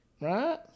Right